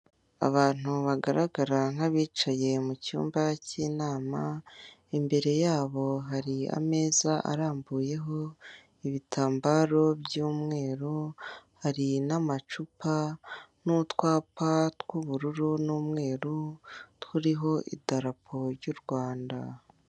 Abantu bagaragara nk'abicaye mu cyumba cy'inama, imbere yabo hari ibitambaro by'umweru, hari n'amacupa, n'utwapa tw'umweru turiho idarapo ry'u Rwanda.